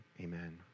amen